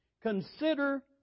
Consider